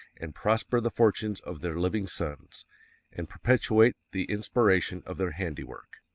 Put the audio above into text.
and prosper the fortunes of their living sons and perpetuate the inspiration of their handiwork.